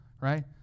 right